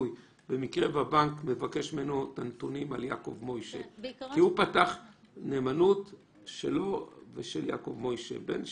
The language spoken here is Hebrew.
שניתן אגב רכישת נכס או שירות בסכום שווה ערך ל-150,000